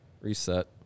Reset